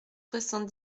soixante